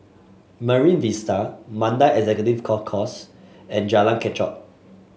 Marine Vista Mandai Executive Golf Course and Jalan Kechot